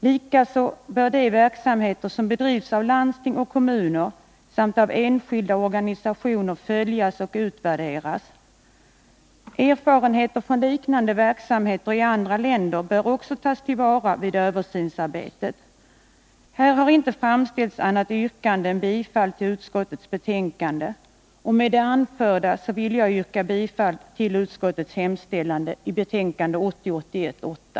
Likaså bör de verksamheter som bedrivs av landsting och kommuner samt av enskilda organisationer följas och utvärderas. Erfarenheterna från liknande verksamheter i andra länder bör också tas till vara vid översynsarbetet. Här har inte framställts annat yrkande än om bifall till utskottets hemställan, och med det anförda vill också jag yrka bifall till hemställan i utskottets betänkande 1980/81:8.